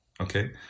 Okay